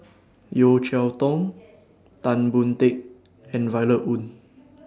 Yeo Cheow Tong Tan Boon Teik and Violet Oon